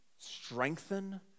strengthen